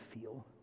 feel